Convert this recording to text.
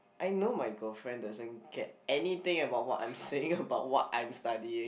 I know my girlfriend doesn't get anything about what I'm saying about what I'm studying